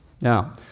Now